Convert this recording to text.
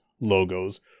logos